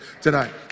tonight